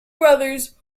brothers